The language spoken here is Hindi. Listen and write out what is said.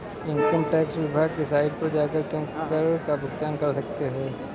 इन्कम टैक्स विभाग की साइट पर जाकर तुम कर का भुगतान कर सकते हो